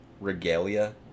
Regalia